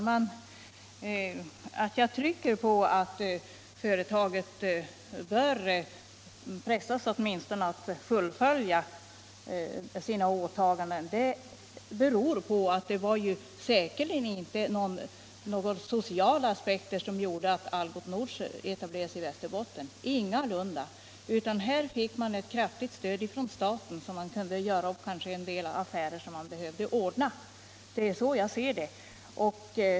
Herr talman! Jag trycker på att företaget bör pressas att åtminstone fullfölja sina åtaganden. Det var säkerligen inte några sociala hänsyn som fick Algots Nord att etablera sig i Västerbotten — ingalunda! Man fick ett kraftigt stöd från staten och hade kanske också en del affärer som man behövde ordna. Det är så jag ser det.